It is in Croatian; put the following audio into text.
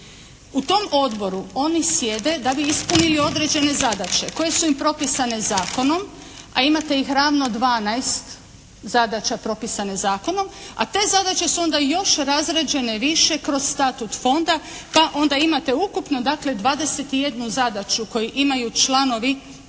U tom odboru oni sjede da bi ispunili određene zadaće koje su im propisane zakonom, a imate ih ravno 12 zadaća propisane zakonom, a te zadaće su onda još razrađene više kroz statut fonda pa onda imate ukupno dakle 21 zadaću koju imaju članovi